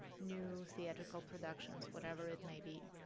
new theatrical productions, whatever it may be.